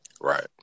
right